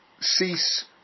cease